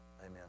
Amen